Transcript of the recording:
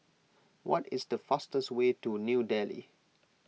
what is the fastest way to New Delhi